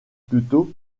plutôt